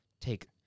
take